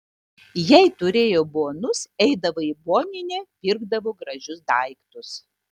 jei turėjo bonus eidavo į boninę pirkdavo gražius daiktus